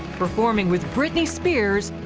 performing with britney spears.